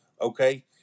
Okay